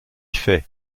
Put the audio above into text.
fait